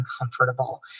uncomfortable